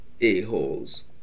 a-holes